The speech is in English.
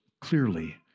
clearly